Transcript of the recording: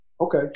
Okay